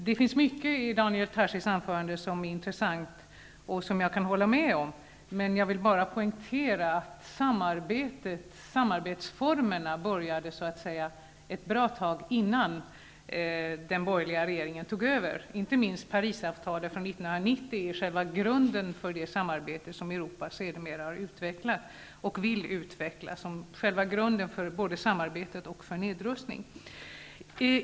Det finns mycket i Daniel Tarschys anförande som är intressant och som jag kan hålla med om, men jag vill bara poängtera att samarbetsformerna började ett bra tag innan den borgerliga regeringen tog över. Inte minst Parisavtalet från 1990 är själva grunden för det samarbete som Europa sedermera har utvecklat, och vill utveckla, som grund för nedrustningen.